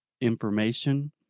information